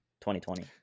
2020